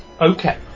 Okay